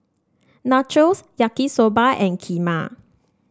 Nachos Yaki Soba and Kheema